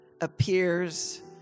appears